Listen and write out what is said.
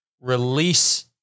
release